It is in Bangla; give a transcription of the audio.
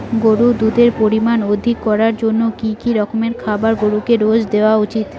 গরুর দুধের পরিমান অধিক করার জন্য কি কি রকমের খাবার গরুকে রোজ দেওয়া উচিৎ?